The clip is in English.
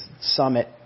summit